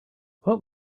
what